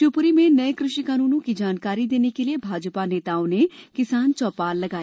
शिवपुरी में नए कृषि कानूनों की जानकारी देने के लिये भाजपा नेताओं ने किसान चौपाल लगाई